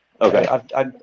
okay